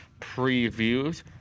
previews